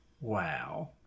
Wow